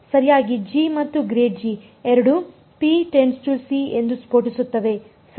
ಸರಿಯಾಗಿ g ಮತ್ತು ಎರಡೂ ಎಂದು ಸ್ಫೋಟಿಸುತ್ತವೆ ಸರಿ